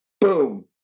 Boom